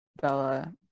Bella